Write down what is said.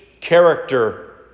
character